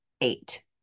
eight